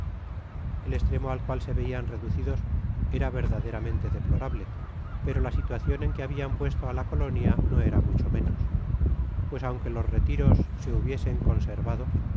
el estremo al cual se veian reducidos era verdaderamente deplorable pero la situacion en que habian puesto á la colonia no era mucho menos pues aunque los retiros so hubiesen